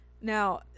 Now